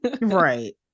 Right